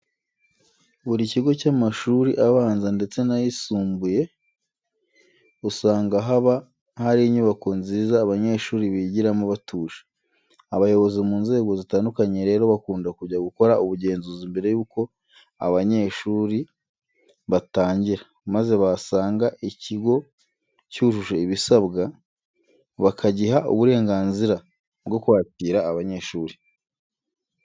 Muri buri kigo cy'amashuri abanza ndetse n'ayisumbuye, usanga haba hari inyubako nziza abanyeshuri bigiramo batuje. Abayobozi mu nzego zitandukanye rero, bakunda kujya gukora ubugenzuzi mbere yuko abanyeshuri batangira maze basanga ikigo cyujuje ibisabwa bakagiha uburenganzira bwo kwakira abanyeshuri.